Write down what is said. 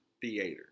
theater